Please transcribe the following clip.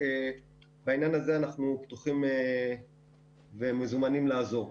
בעניין הזה אנחנו פתוחים ומזומנים לעזור.